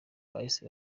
bahise